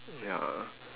ya